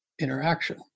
interaction